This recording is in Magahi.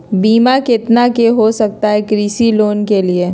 बीमा कितना के हो सकता है कृषि लोन के लिए?